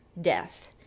death